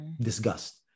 disgust